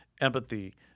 empathy